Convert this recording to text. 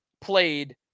played